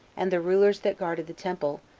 and the rulers that guarded the temple,